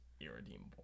irredeemable